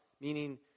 meaning